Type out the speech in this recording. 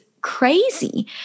crazy